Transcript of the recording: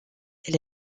elle